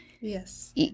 Yes